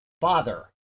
father